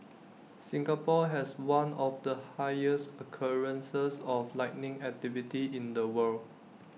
Singapore has one of the highest occurrences of lightning activity in the world